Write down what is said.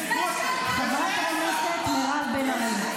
חברת הכנסת מירב בן ארי,